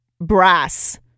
brass